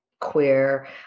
queer